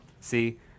see